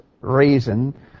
reason